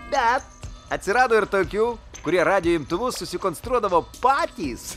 bet atsirado ir tokių kurie radijo imtuvus susikonstruodavo patys